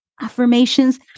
Affirmations